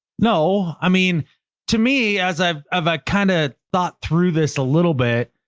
no, i mean to me as i've ah kind of thought through this a little bit,